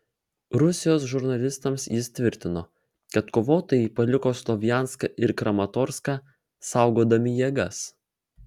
rusijos žurnalistams jis tvirtino kad kovotojai paliko slovjanską ir kramatorską saugodami jėgas